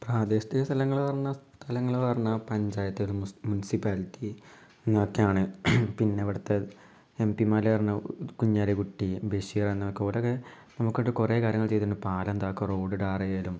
പ്രദേശിക സ്ഥലങ്ങള് പറഞ്ഞാൽ സ്ഥലങ്ങള് പറഞ്ഞാൽ പഞ്ചായത്ത്കള് മുസ് മുൻസിപ്പാലിറ്റി എന്നൊക്കെയാണ് പിന്നെ ഇവിടുത്തെ എം പി മാരായിരുന്ന കുഞ്ഞാലിക്കുട്ടി ബെഷീറെന്ന് കോരകേ നമുക്കിട്ട് കുറെ കാര്യങ്ങള് ചെയ്തിട്ടുണ്ട് പാലം ഇതാക്കുക റോഡ് ടാർ ചെയ്യലും